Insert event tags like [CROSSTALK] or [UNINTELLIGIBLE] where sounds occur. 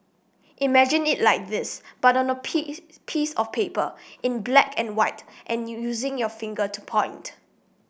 imagine it like this but on a [UNINTELLIGIBLE] piece of paper in black and white and [UNINTELLIGIBLE] using your finger to point